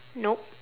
nope